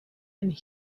and